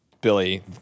Billy